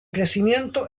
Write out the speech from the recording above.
crecimiento